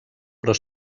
però